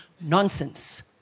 nonsense